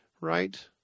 right